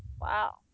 Wow